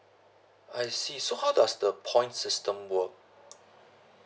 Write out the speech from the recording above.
I see so how does the point system work